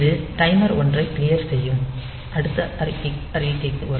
இது டைமர் 1 ஐ க்ளியர் செய்யும் அடுத்த அறிக்கைக்கு வரும்